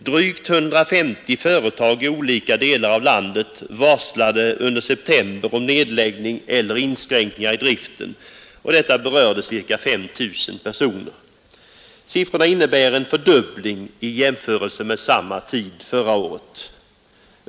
Drygt 150 företag i olika delar av landet varslade under september om nedläggning eller inskränkningar i driften. Detta berörde cirka fem tusen personer. Siffrorna innebär en fördubbling i jämförelse med samma tid förra året.